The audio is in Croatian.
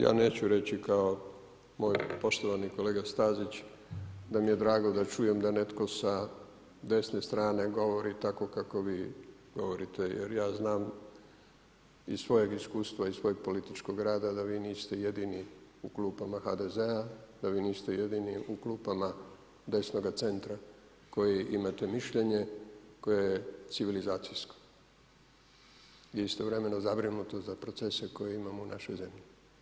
Ja neću reći kao moj poštovani kolega Stazić da mi je drago da čujem da netko sa desne strane govori tako kako vi govorite jer ja znam iz svojeg iskustva, iz svojeg političkog rada da vi niste jedini u klupama HDZ-a, da vi niste jedini u klupama desnoga centa koji imate mišljenje koje je civilizacijsko i istovremeno zabrinuto za procese koje imamo u našoj zemlji.